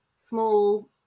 small